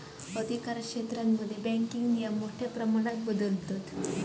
अधिकारक्षेत्रांमध्ये बँकिंग नियम मोठ्या प्रमाणात बदलतत